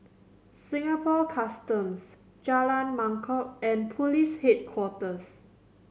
Singapore Customs Jalan Mangkok and Police Headquarters